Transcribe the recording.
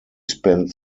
spent